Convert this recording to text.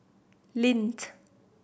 lindt